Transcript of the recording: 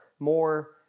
more